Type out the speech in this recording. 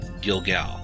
Gilgal